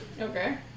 Okay